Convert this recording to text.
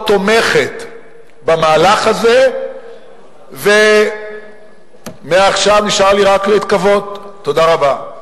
כן, שכחתי לומר: ולהודות לראש האופוזיציה, כן.